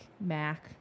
Mac